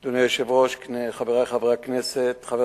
רצוני לשאול: 1. באיזו מסגרת תקציבית, מכל